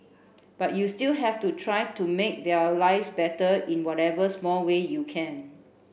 but you still have to try to make their lives better in whatever small way you can